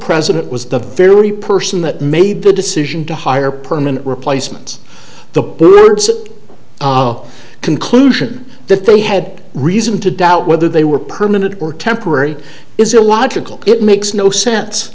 president was the very person that made the decision to hire permanent replacements the birds conclusion that they had reason to doubt whether they were permanent or temporary is illogical it makes no sense